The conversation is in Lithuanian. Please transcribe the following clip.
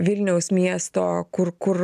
vilniaus miesto kur kur